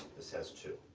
this has two.